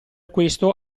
questo